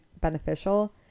beneficial